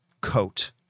coat